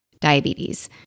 Diabetes